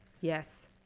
yes